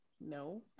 No